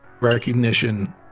recognition